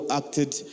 acted